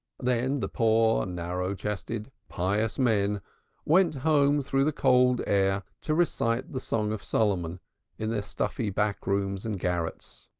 then the poor narrow-chested pious men went home through the cold air to recite the song of solomon in their stuffy back-rooms and garrets.